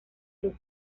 los